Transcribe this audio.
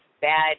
bad